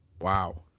wow